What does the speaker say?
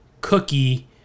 cookie